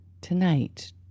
Tonight